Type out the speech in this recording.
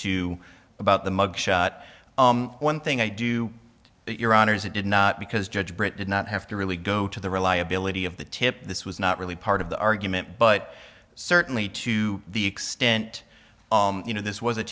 two about the mug shot one thing i do but your honour's it did not because judge britt did not have to really go to the reliability of the tip this was not really part of the argument but certainly to the extent you know this was a